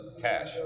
cash